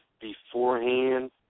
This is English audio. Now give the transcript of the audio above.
beforehand